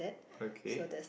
okay